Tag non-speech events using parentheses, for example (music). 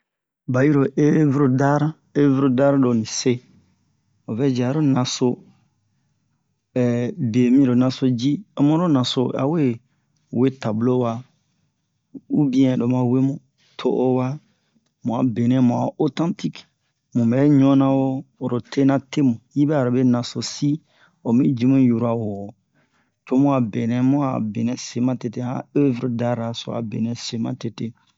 ɓa yiro evre-dar evre-dar lo ni se o vɛ ji aro naso (hesitation) be miro naso ji ho mu lo naso a we tablo waa ubiyɛn lo ma we mu to'owa mu a bena mu a otantik mu ɓɛ ɲu'anna wo horo tena te mu yi bɛ'a lobe nasosi omi ji mu yura woo tomu a benɛ mu benɛ se matete han evre-dar-ra a benɛ se matete